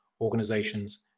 organizations